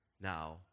now